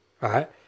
right